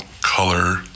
color